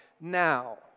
now